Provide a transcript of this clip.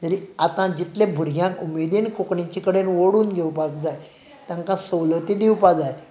तरी आतां भुरग्यांक जितल्या उमेदीन कोंकणी कडेन ओडून घेवपाक जाय तांकां सवलती दिवपाक जाय